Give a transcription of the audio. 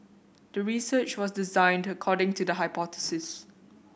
the research was designed according to the hypothesis